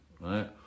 right